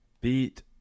beat